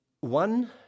One